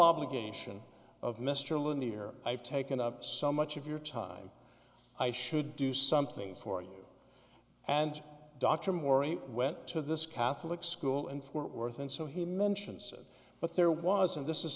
obligation of mr lanier i have taken up so much of your time i should do something for you and dr maury went to this catholic school in fort worth and so he mentions it but there was and this is